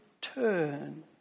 turn